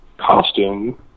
costume